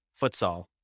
futsal